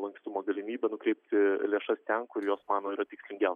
lankstumo galimybė nukreipti lėšas ten kur jos mano ir tikslingiausia